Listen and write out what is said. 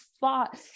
fought